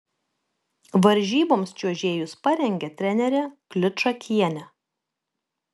varžyboms čiuožėjus parengė trenerė kliučakienė